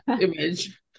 image